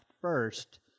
first